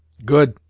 good!